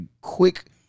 quick